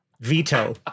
Veto